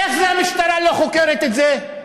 איך זה המשטרה לא חוקרת את זה?